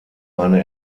eine